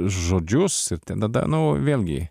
žodžius ir ten tada nu vėlgi